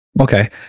Okay